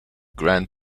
grand